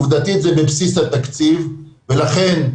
זה בבסיס התקציב ולכן,